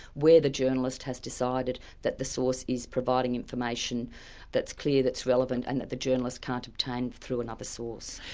where the journalist has decided that the source is providing information that's clear, that's relevant, and that the journalist can't obtain through another source.